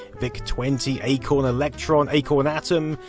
vic twenty, acorn electron, acorn atom,